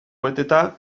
beteta